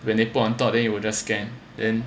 when they put on top then you will just scan then